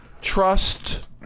Trust